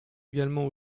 également